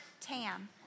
Tam